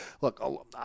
Look